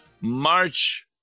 March